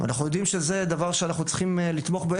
אנחנו יודעים שזה דבר שאנחנו צריכים לתמוך בו.